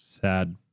Sad